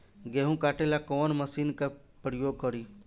गेहूं काटे ला कवन मशीन का प्रयोग करी?